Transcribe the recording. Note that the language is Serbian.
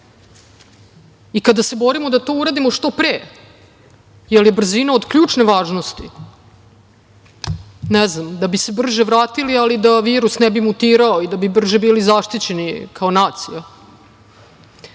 i kada se borimo da to uradimo što pre, jer je brzina od ključne važnosti, ne znam, da bi se brže vratili a da virus ne bi mutirao i da bi brže bili zaštićeni kao nacija.